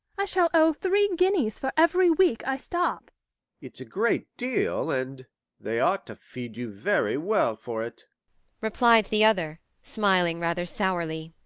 i shall owe three guineas for every week i stop it's a great deal, and they ought to feed you very well for it replied the other, smiling rather sourly.